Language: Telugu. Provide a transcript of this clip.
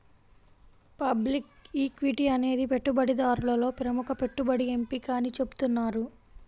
పబ్లిక్ ఈక్విటీ అనేది పెట్టుబడిదారులలో ప్రముఖ పెట్టుబడి ఎంపిక అని చెబుతున్నారు